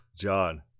John